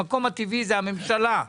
המקום הטבעי זה הממשלה,